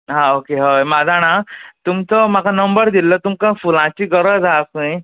हा ओके हय म्हा जाणा तुमचो म्हाका नंबर दिल्लो तुमकां फुलांची गरज आसा खंय